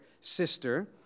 sister